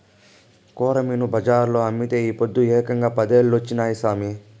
కొరమీను బజార్లో అమ్మితే ఈ పొద్దు ఏకంగా పదేలొచ్చినాయి సామి